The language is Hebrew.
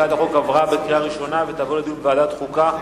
הצעת החוק עברה בקריאה ראשונה ותעבור לדיון בוועדת החוקה,